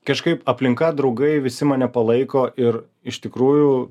kažkaip aplinka draugai visi mane palaiko ir iš tikrųjų